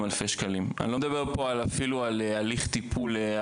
אני לא אגיד מפאת כבוד הילדים.